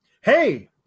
hey